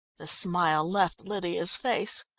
the smile left lydia's face.